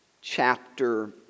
chapter